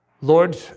Lord